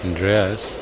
Andreas